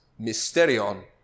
Mysterion